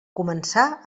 començà